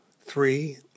Three